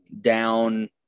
down